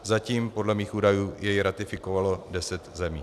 Zatím podle mých údajů jej ratifikovalo deset zemí.